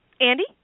Andy